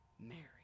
Mary